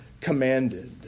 commanded